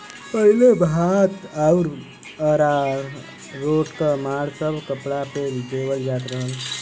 पहिले भात आउर अरारोट क माड़ सब कपड़ा पे देवल जात रहल